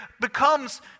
becomes